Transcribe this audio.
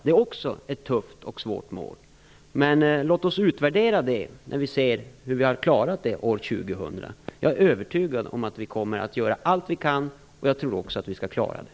Det är också ett tufft och svårt mål. Låt oss utvärdera det här när vi ser hur vi har klarat det år 2000. Jag är övertygad om att vi kommer att göra allt vi kan, och jag tror också att vi skall klara det.